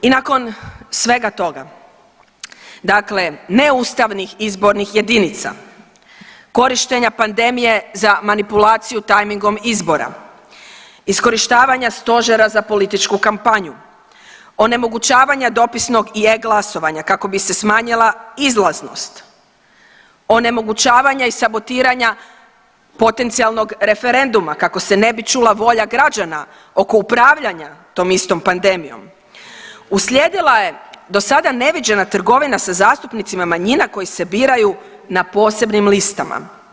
I nakon svega toga, dakle neustavnih izbornih jedinica, korištenja pandemije za manipulaciju tajmingom izbora, iskorištavanje stožera za političku kampanju, onemogućavanja dopisnog i e-glasovanja kako bi se smanjila izlaznost, onemogućavanja i sabotiranja potencijalnog referenduma kako se ne bi čula volja građana oko upravljanja tom istom pandemijom, uslijedila je dosada neviđena trgovina sa zastupnicima manjina koji se biraju na posebnim listama.